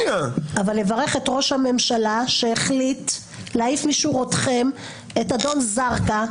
לברך את ראש הממשלה שהחליט להעיף משורותיכם את אדון זרקא,